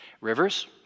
Rivers